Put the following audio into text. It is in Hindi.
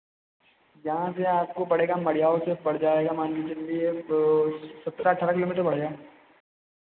यहाँ से आपको पड़ेगा मढ़ियाव से पड़ जाएगा मान के चलिए सत्रह अठारह किलोमीटर पड़ेगा